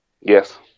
yes